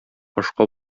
ашка